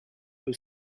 peu